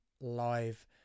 live